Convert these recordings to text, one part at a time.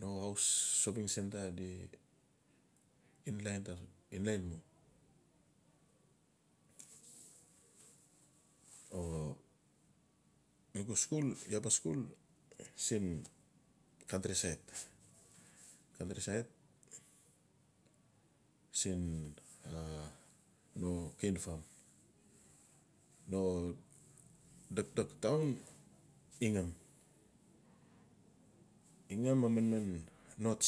No haus shoping centre di inlain-inlain mu, o u ba skul. iaa ba skul siin countri side siin a no dokdok town tinanan a manman nort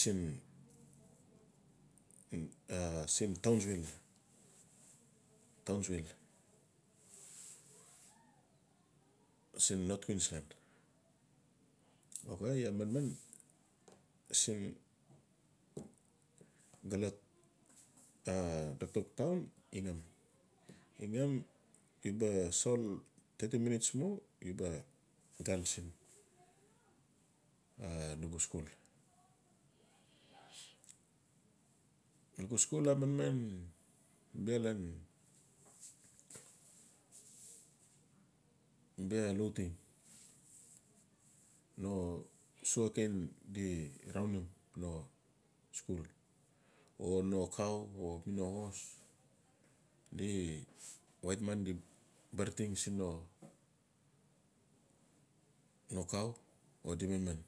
siin townsville siin nort vill side ok iaa manman siin xolot a dokdok town tingnam-tingnammu di ba sal thirty minutes mu di ba xal siin nugu skul. Nugu skul a manman bia ian bia lauteng no di rounim no skul o no cow mi no horse di white man di barateng siin no cow o di manman.